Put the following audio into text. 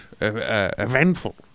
eventful